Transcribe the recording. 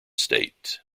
state